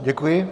Děkuji.